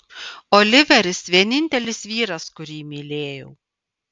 oliveris vienintelis vyras kurį mylėjau